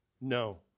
No